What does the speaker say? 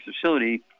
facility